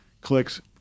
clicks